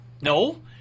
no